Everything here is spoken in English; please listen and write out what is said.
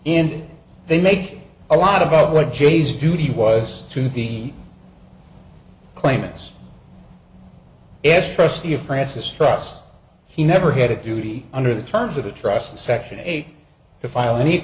and they make a lot about what jay's duty was to the claimants s trustee of francis trust he never had a duty under the terms of the trust section eight to file an